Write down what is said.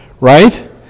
Right